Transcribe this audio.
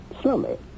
Slowly